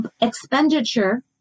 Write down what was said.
expenditure